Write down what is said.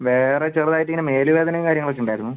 വേറെ ചെറുതായിട്ട് ഇങ്ങനെ മേല് വേദനയും കാര്യങ്ങളൊക്കെ ഉണ്ടായിരുന്നു